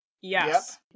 Yes